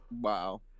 Wow